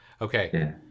Okay